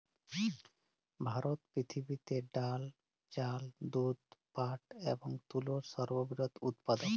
ভারত পৃথিবীতে ডাল, চাল, দুধ, পাট এবং তুলোর সর্ববৃহৎ উৎপাদক